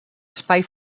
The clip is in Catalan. espai